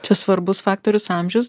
čia svarbus faktorius amžius